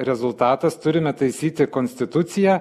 rezultatas turime taisyti konstituciją